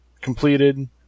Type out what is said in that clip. completed